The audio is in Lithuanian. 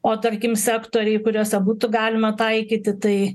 o tarkim sektoriai kuriuose būtų galima taikyti tai